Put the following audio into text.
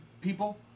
people